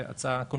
זה הצעה,